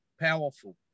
powerful